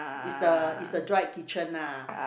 is the is the dry kitchen ah